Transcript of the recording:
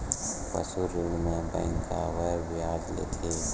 पशु ऋण म बैंक काबर ब्याज लेथे?